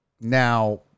Now